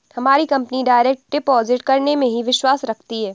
हमारी company direct deposit करने में ही विश्वास रखती है